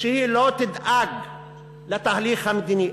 שהיא לא תדאג לתהליך המדיני.